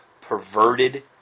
perverted